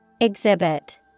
Exhibit